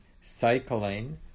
cycling